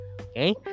okay